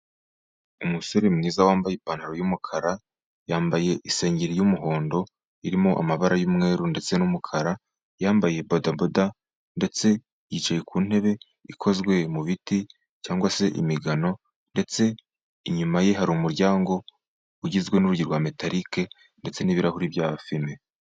Umusore mwiza wambaye ipantaro y'umukara yambaye isengeri y'umuhondo irimo amabara y'umweru ndetse n'umukara yambaye bodaboda, ndetse yicaye ku ntebe ikozwe mu biti cyangwa se imigano, ndetse inyuma ye hari umuryango ugizwe n'urugi rwa metarike ndetse n'ibirahuri bya fime.